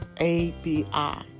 A-B-I